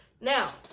Now